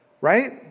right